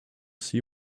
see